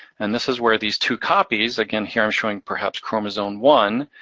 and this is where these two copies, again here, i'm showing perhaps chromosome one,